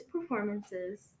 performances